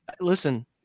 listen